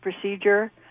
procedure